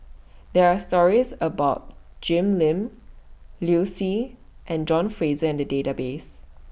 There Are stories about Jim Lim Liu Si and John Fraser in The Database